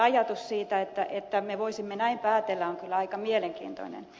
ajatus siitä että me voisimme näin päätellä on kyllä aika mielenkiintoinen